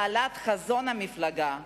בהעלאת חזון המפלגה,